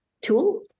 tool